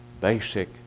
basic